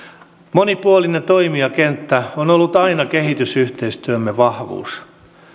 monipuolinen toimijakenttä on ollut aina kehitysyhteistyömme vahvuus